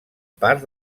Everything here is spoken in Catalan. part